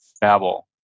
Babel